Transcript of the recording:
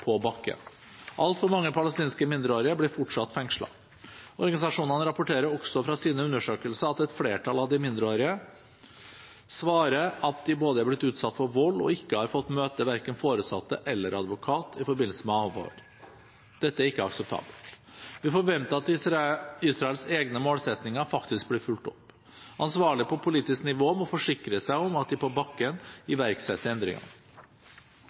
på bakken. Altfor mange palestinske mindreårige blir fortsatt fengslet. Organisasjonene rapporterer også fra sine undersøkelser at et flertall av de mindreårige svarer at de både er blitt utsatt for vold og ikke har fått møte verken foresatte eller advokat i forbindelse med avhør. Dette er ikke akseptabelt. Vi forventer at Israels egne målsettinger faktisk blir fulgt opp. Ansvarlige på politisk nivå må forsikre seg om at de på bakken iverksetter